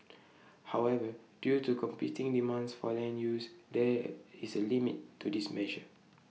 however due to competing demands for land use there is A limit to this measure